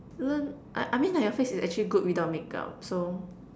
learn I I mean like your face is actually good without make-up so